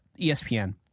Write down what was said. ESPN